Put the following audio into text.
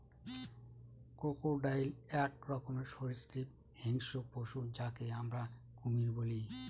crocodile এক রকমের সরীসৃপ হিংস্র পশু যাকে আমরা কুমির বলি